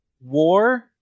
war